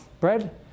bread